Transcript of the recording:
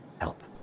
help